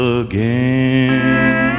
again